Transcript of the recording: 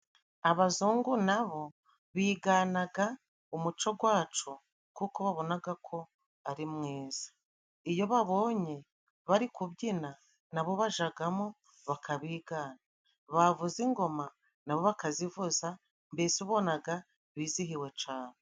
Abazungu na bo biganaga umuco gwacu kuko babonaga ko ari mwiza. Iyo babonye bari kubyina nabo bajagamo bakabigana, bavuza ingoma nabo bakazivuza. Mbese ubonaga bizihiwe cane.